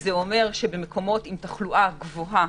שזה אומר שבמקומות עם תחלואה גבוהה